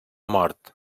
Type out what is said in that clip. mort